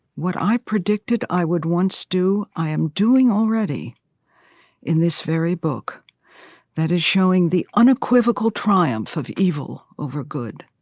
what i predicted i would once do, i am doing already in this very book that is showing the unequivocal triumph of evil over good.